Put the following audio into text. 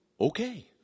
Okay